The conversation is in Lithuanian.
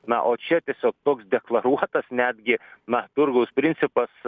na o čia tiesiog toks deklaruotas netgi na turgaus principas